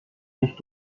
nicht